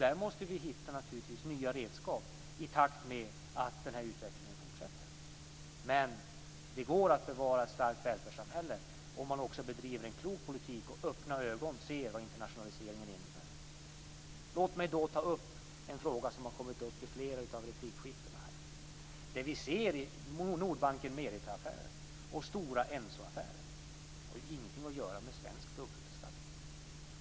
Där måste vi naturligtvis hitta nya redskap i takt med att utvecklingen fortsätter. Det går att bevara ett starkt välfärdssamhälle om man också bedriver en klok politik och med öppna ögon ser vad internationaliseringen innebär. Låt mig ta upp en fråga som har kommit upp i flera av replikskiftena här. Det vi ser i Nordbanken Merita-affären och Stora-Enso-affären har ingenting att göra med svensk dubbelbeskattning.